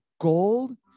gold